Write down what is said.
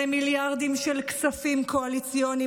הרי מיליארדים של כספים קואליציוניים,